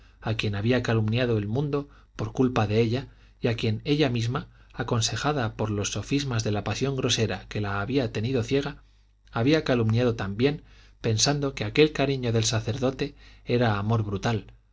a quien había calumniado el mundo por culpa de ella y a quien ella misma aconsejada por los sofismas de la pasión grosera que la había tenido ciega había calumniado también pensando que aquel cariño del sacerdote era amor brutal